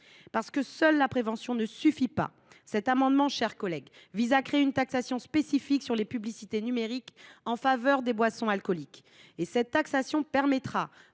Parce que la prévention seule ne suffit pas, cet amendement, mes chers collègues, vise à créer une taxation spécifique sur les publicités numériques en faveur des boissons alcooliques. Cette taxation permettra